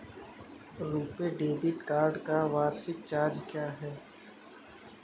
RuPay debit card का वार्षिक charge क्या है?